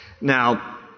Now